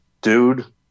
dude